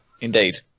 Indeed